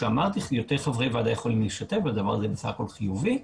יותר חברי ועדה יכולים להשתתף והדבר הזה בסך הכול חיובי,